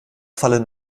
fallen